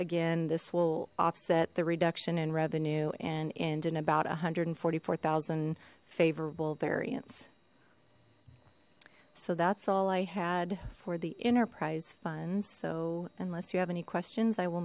again this will offset the reduction in revenue and end in about a hundred and forty four thousand favorable variance so that's all i had for the enterprise fund so unless you have any questions i will